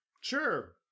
sure